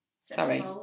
Sorry